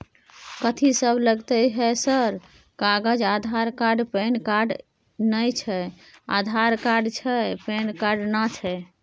कथि सब लगतै है सर कागज आधार कार्ड पैन कार्ड नए छै आधार कार्ड छै पैन कार्ड ना छै?